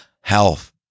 health